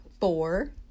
Four